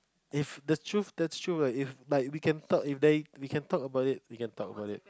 if the truth that's true right if like we can talk about it we can talk about it we can talk about it